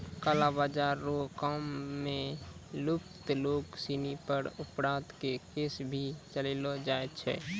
काला बाजार रो काम मे लिप्त लोग सिनी पर अपराध के केस भी चलैलो जाय छै